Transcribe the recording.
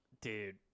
Dude